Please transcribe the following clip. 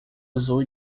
azul